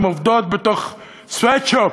הן עובדות בתוך sweatshop,